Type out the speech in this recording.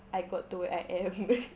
I got to where I am